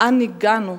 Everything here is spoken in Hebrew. לאן הגענו?